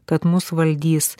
kad mus valdys